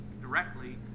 directly